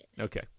Okay